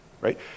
Right